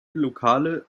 lokale